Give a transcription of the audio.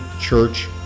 church